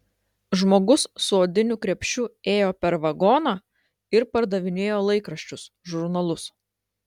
žmogus su odiniu krepšiu ėjo per vagoną ir pardavinėjo laikraščius žurnalus